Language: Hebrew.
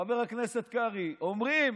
חבר הכנסת קרעי, אומרים